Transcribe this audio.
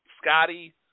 Scotty